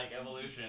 evolution